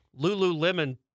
Lululemon